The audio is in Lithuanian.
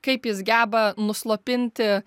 kaip jis geba nuslopinti